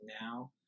now